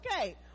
okay